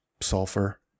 sulfur